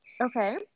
Okay